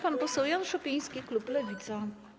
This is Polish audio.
Pan poseł Jan Szopiński, klub Lewica.